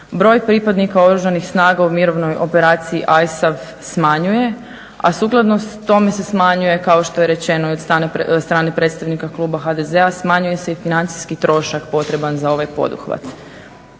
broj pripadnika Oružanih snaga u mirovnoj operaciji ISAF smanjuje, a sukladno tome se smanjuje kao što je rečeno i od strane predstavnika kluba HDZ-a smanjuje se i financijski trošak potreban za ovaj poduhvat.